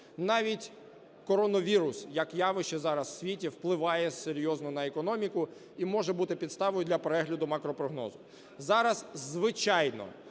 Навіть коронавірус як явище зараз у світі впливає серйозно на економіку і може бути підставою для перегляду макропрогнозу. Зараз звичайно